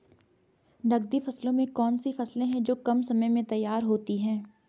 नकदी फसलों में कौन सी फसलें है जो कम समय में तैयार होती हैं?